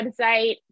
website